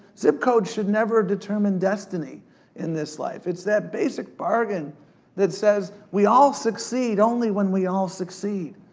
zip codes should never determine destiny in this life. it's that basic bargain that says, we all succeed only when we all succeed.